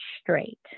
straight